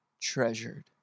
treasured